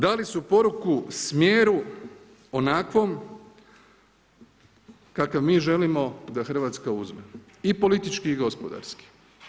Dali su poruku smjeru onakvom kakav mi želimo da RH uzme i politički i gospodarski.